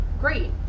Great